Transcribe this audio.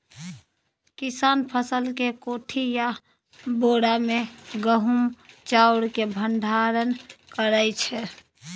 किसान फसल केँ कोठी या बोरा मे गहुम चाउर केँ भंडारण करै छै